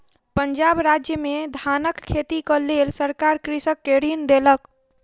पंजाब राज्य में धानक खेतीक लेल सरकार कृषक के ऋण देलक